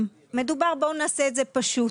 נעשה את זה פשוט,